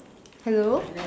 hello